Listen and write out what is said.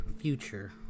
future